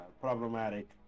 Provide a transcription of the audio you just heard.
problematic